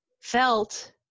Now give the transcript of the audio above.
felt